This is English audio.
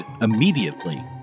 immediately